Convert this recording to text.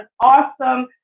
awesome